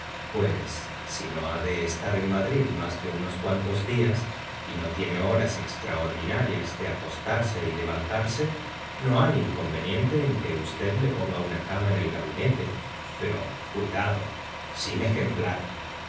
pues si no ha de estar en madrid más que unos cuantos días y no tiene horas extraordinarias de acostarse y levantarse no hay inconveniente en que v le ponga una cama en el gabinete pero cuidado sin ejemplar